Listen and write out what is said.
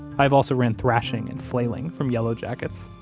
i have also ran thrashing and flailing from yellow jackets